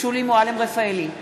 שולי מועלם-רפאלי,